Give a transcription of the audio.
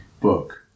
book